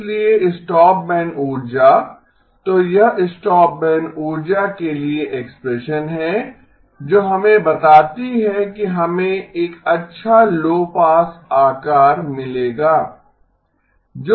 इसीलिये स्टॉपबैंड ऊर्जा तो यह स्टॉपबैंड ऊर्जा के लिए एक्सप्रेशन है जो हमें बताती है कि हमें एक अच्छा लो पास आकार मिलेगा